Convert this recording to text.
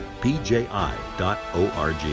pji.org